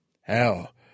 Hell